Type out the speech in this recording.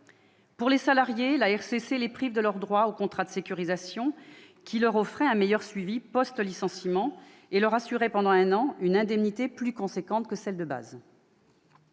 les salariés, la RCC les prive de leur droit au contrat de sécurisation, qui leur offrait un meilleur suivi post-licenciement et leur assurait pendant un an une indemnité plus élevée que l'indemnité de base.